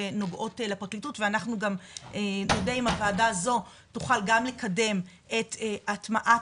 שנוגעות לפרקליטות ואנחנו גם נודה אם הוועדה הזו תוכל גם לקדם את הטמעת